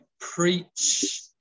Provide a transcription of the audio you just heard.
preach